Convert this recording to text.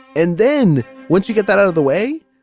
and then once you get that out of the way,